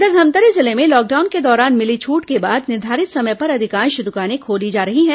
इधर धमतरी जिले में लॉकडाउन के दौरान भिली छूट के बाद निर्धारित समय पर अधिकांश दुकाने खोली जा रही हैं